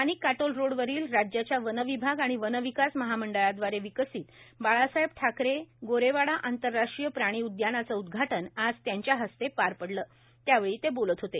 स्थानिक काटोल रोडवरील राज्याच्या वन विभाग आणि वन विकास महामंडळादवारे विकसित बाळासाहेब ठाकरे गोरेवाडा आंतरराष्ट्रीय प्राणी उदयानाच उदघाटन आज यांच्या हस्ते पार पडला त्यावेळी ते बोलत होते